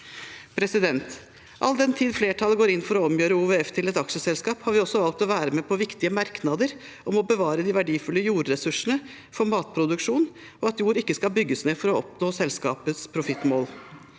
vedtak B. All den tid flertallet går inn for å omgjøre OVF til et aksjeselskap, har vi også valgt å være med på viktige merknader om å bevare de verdifulle jordressursene for matproduksjon, og at jord ikke skal bygges ned for å oppnå selskapets profittmål.